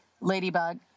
Ladybug